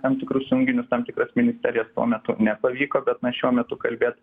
tam tikrus junginius tam tikras ministerijas tuo metu nepavyko bet na šiuo metu kalbėt